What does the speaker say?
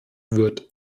wird